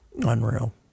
Unreal